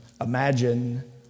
imagine